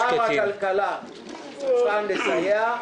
שר הכלכלה צריך לסייע.